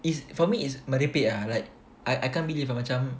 it's for me is merepek ah like I I can't believe ah macam